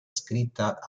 scritta